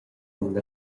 cun